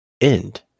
end